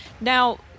Now